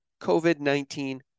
COVID-19